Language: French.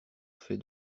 fais